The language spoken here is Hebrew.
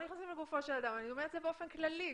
באופן כללי,